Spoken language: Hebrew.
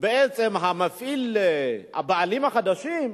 בעצם המפעיל, הבעלים החדשים,